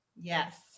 Yes